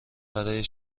برای